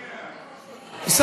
נוכח, נוכח.